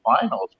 finals